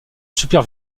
super